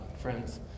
friends